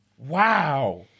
Wow